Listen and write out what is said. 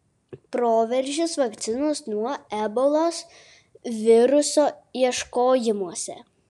proveržis vakcinos nuo ebolos viruso ieškojimuose